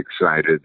excited